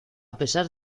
pesar